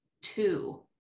two